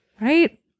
right